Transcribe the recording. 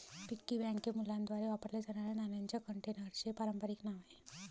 piggy bank हे मुलांद्वारे वापरल्या जाणाऱ्या नाण्यांच्या कंटेनरचे पारंपारिक नाव आहे